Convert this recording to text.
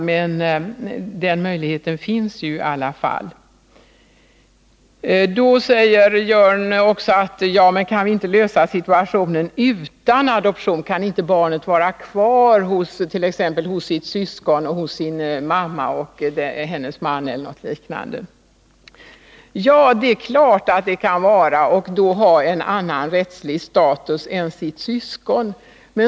Kan vi inte klara situationen utan adoption? Kan inte barnet vara kvar hos sitt syskon och sin mamma och hennes man? frågar Jörn Svensson. Jo, det är klart att det går. Men barnet har då en annan rättslig status än sitt syskon.